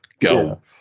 go